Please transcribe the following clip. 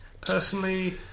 personally